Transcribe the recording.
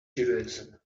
judaism